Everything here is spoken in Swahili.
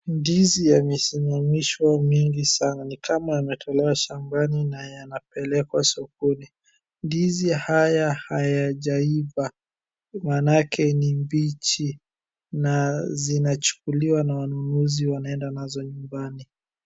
Ndizi yamesimamishwa mengi sana ni kama yametolewa shambani na yanapelekwa sokoni, ndizi haya hayajaiva manake ni mbichi na zinachukuliwa na wanunuzi wanaenda nazo nyumbani.